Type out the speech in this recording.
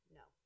no